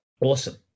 Awesome